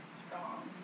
strong